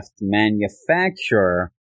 manufacturer